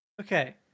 Okay